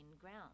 ground